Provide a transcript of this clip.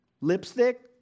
lipstick